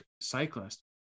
cyclist